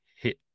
hit